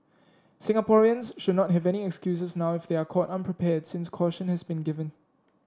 Singaporeans should not have any excuses now if they are caught unprepared since caution has been given